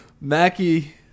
Mackie